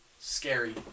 scary